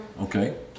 Okay